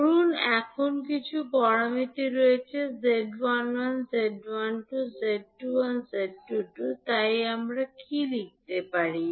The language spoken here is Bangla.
ধরুন এখানে কিছু প্যারামিটার রয়েছে 𝐳11 𝐳12 𝐳𝟐𝟏 𝐳𝟐𝟐 তাই আমরা কী লিখতে পারি